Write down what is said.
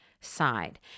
side